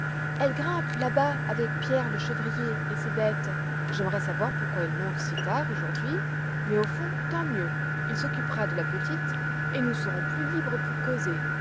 elle grimpe là-bas avec pierre le chevrier et ses bêtes j'aimerais savoir pourquoi il monte si tard aujourd'hui mais au fond tant mieux il s'occupera de la petite et nous serons plus libres pour causer